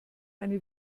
eine